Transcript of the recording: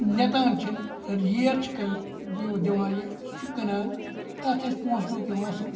نٮ۪تان چھِن یِیَر چھِ دِوان یہِ سُہ چھِ کٕنان تَتھ چھِ أسۍ پونٛسہٕ ٹوٗںٛک یِوان اَصٕل